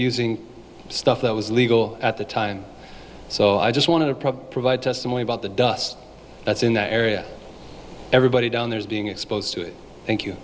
using stuff that was legal at the time so i just want to probably provide testimony about the dust that's in that area everybody down there is being exposed to it thank you